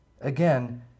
Again